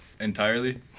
Entirely